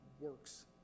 works